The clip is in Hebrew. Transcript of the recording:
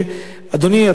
אדוני,